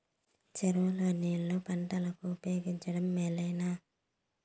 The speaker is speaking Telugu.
చెరువు లో నీళ్లు పంటలకు ఉపయోగించడం మేలేనా?